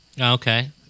Okay